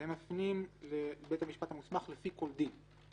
והם מפנים לבית המשפט המוסמך פי כל דין.